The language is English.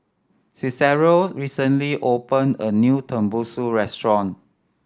Cicero recently open a new Tenmusu Restaurant